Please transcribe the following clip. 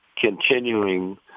continuing